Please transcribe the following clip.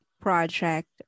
project